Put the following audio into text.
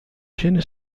scene